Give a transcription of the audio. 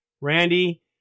Randy